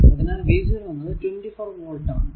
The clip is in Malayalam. അതിനാൽ v 0 എന്നത് 24 വോൾട് ആണ്